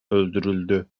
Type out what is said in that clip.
öldürüldü